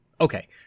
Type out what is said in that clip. Okay